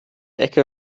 ecke